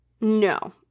No